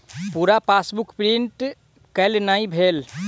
पूरा passbook print केल नहि भेल